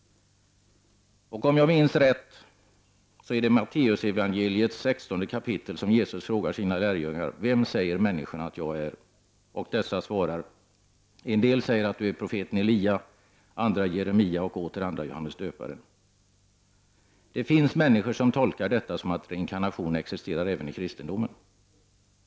Och om jag minns rätt, så är det i Matteusevangeliets 16:e kapitel som Jesus frågar sina lärjungar: ”Vem säger människorna att jag är?” Dessa svarar: ”En del säger att Du är profeten Elia, andra Jeremia och åter andra Johannes Döparen.” Det finns människor som tolkar detta som att reinkarnationen existerar även i kristendomen.